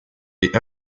est